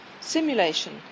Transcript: Simulation